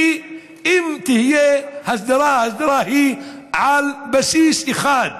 ואם תהיה הסדרה, ההסדרה היא על בסיס אחד: